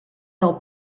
del